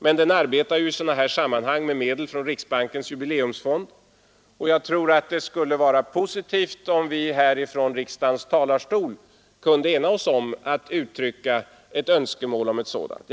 Men den arbetar i sådana här sammanhang med medel från Riksbankens jubileumsfond, och jag tror att det skulle vara positivt om vi här från riksdagens talarstol kunde ena oss om att uttrycka ett önskemål om ett sådant symposium.